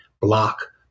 block